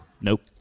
Nope